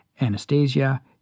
Anastasia